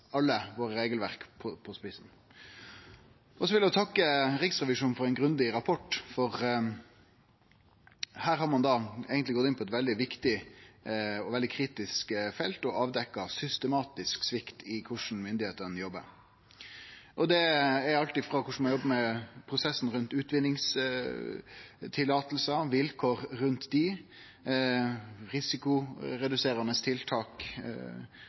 alle våre regelverk sette på spissen. Eg vil takke Riksrevisjonen for ein grundig rapport. Her har ein gått inn på eit veldig viktig og kritisk felt og avdekt systematisk svikt i korleis styresmaktene jobbar. Det gjeld alt frå korleis ein jobbar med prosessen med utvinningsløyve og vilkåra knytte til dei, korleis ein jobbar med risikoreduserande tiltak,